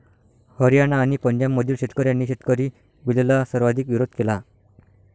हरियाणा आणि पंजाबमधील शेतकऱ्यांनी शेतकरी बिलला सर्वाधिक विरोध केला